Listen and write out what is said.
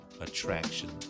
attraction